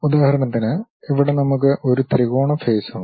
ഉദാഹരണത്തിന് ഇവിടെ നമുക്ക് ഒരു ത്രികോണ ഫേസ് ഉണ്ട്